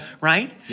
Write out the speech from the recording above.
right